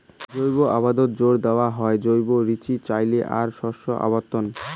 জৈব আবাদত জোর দ্যাওয়া হয় জৈব বীচির চইলে আর শস্য আবর্তন